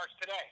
today